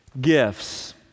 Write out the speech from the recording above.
gifts